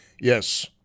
yes